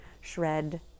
shred